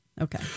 Okay